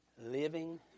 Living